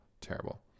terrible